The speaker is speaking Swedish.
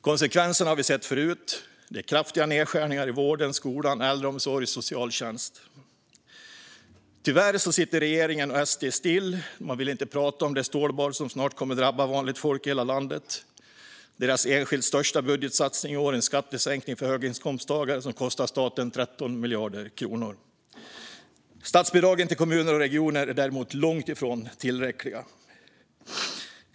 Konsekvenserna har vi sett förut: Det är kraftiga nedskärningar i vården, skolan, äldreomsorgen och socialtjänsten. Tyvärr sitter regeringen och SD still. Man vill inte prata om det stålbad som snart kommer att drabba vanligt folk i hela landet. Deras enskilt största budgetsatsning i år är en skattesänkning för höginkomsttagare som kostar staten 13 miljarder kronor. Statsbidragen till kommuner och regioner är däremot långt ifrån tillräckliga.